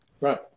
Right